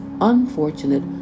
unfortunate